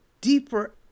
deeper